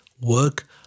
work